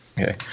Okay